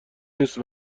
نیست